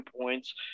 points